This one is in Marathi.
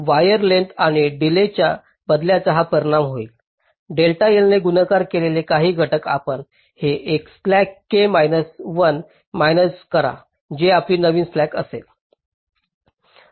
आणि वायर लेंग्थस आणि डीलेय ाच्या बदलांचा हा परिणाम होईल डेल्टा L ने गुणाकार केलेला काही घटक आपण हे एक स्लॅक k मैनास 1 मैनास करा जे आपली नवीन स्लॅक असेल